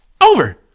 Over